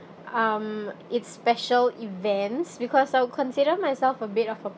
um it's special events because I'll consider myself a bit of a